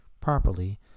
properly